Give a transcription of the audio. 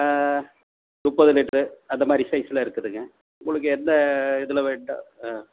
முப்பது லிட்டர் அந்த மாதிரி சைஸில் இருக்குதுங்க உங்களுக்கு என்ன இதில் வேணும்